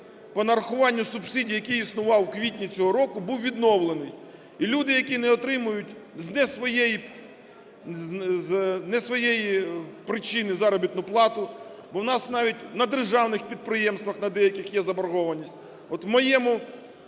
по нарахуванню субсидій, який існував в квітні цього року, був відновлений. І люди, які не отримують з не своєї причини заробітну плату, бо в нас навіть на державних підприємствах на деяких є заборгованість.